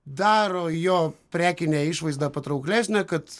daro jo prekinę išvaizdą patrauklesnę kad